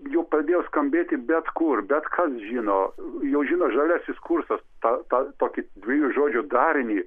jau pradėjo skambėti bet kur bet kas žino jau žino žaliasis kursas tą tą tokį dviejų žodžių darinį